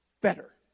better